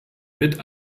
mit